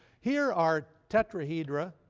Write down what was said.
here are tetrahedra,